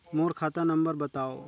मोर खाता नम्बर बताव?